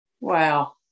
Wow